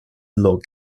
log